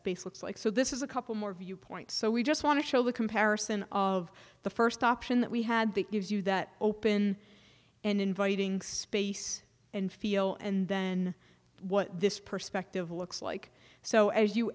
space looks like so this is a couple more view points so we just want to show the comparison of the first option that we had the gives you that open and inviting space and feel and then what this perspective looks like so as you